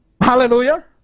Hallelujah